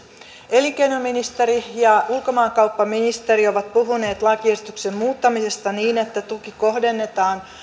elinkeinoministeri ja ulkomaankauppaministeri ovat puhuneet lakiesityksen muuttamisesta niin että tuki kohdennetaan